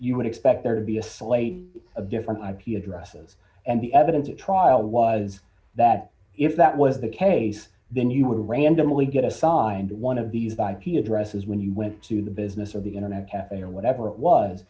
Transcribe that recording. you would expect there to be a slate of different ip addresses and the evidence at trial was that if that was the case then you were randomly get assigned to one of these ip addresses when you went to the business or the internet cafe or whatever it was